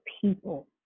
people